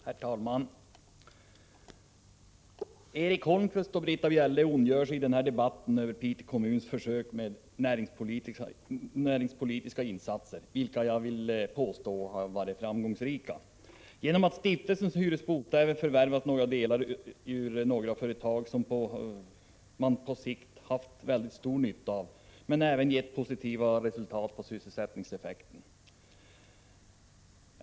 Herr talman! Erik Holmkvist och Britta Bjelle ondgör sig i den här debatten över Piteå kommuns försök till näringspolitiska insatser, vilka jag vill påstå har varit framgångsrika. Stiftelsen Hyresbostäder har förvärvat delar av några företag som kommunen haft stor nytta av, och det har även gett positiva sysselsättningseffekter.